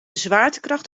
zwaartekracht